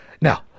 Now